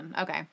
Okay